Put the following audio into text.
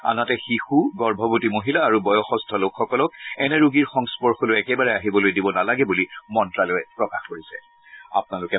আনহাতে শিশু গৰ্ভৱতী মহিলা আৰু বয়সস্থ লোকসকলক এনে ৰোগীৰ সংস্পৰ্শলৈ একেবাৰে আহিবলৈ দিব নালাগে বুলিও মন্ত্ৰ্যালয়ে জানিবলৈ দিয়ে